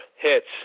hits